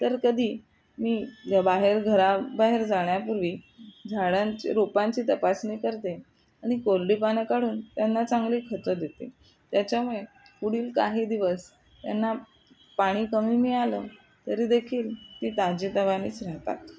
तर कधी मी बाहेर घराबाहेर जाण्यापूर्वी झाडांची रोपांची तपासणी करते आणि कोरडी पानं काढून त्यांना चांगली खतं देते त्याच्यामुळे पुढील काही दिवस त्यांना पाणी कमी मिळालं तरी देखील ती ताजीतवानीच राहतात